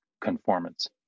Conformance